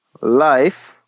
life